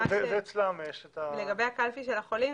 זה אצלם יש את ה --- לגבי הקלפי של החולים,